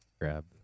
grab